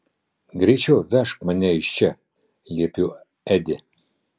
greičiau vežk mane iš čia liepiu edi